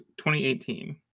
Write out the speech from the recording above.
2018